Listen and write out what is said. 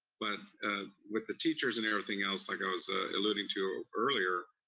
but with the teachers and everything else, like i was alluding to ah earlier,